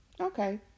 Okay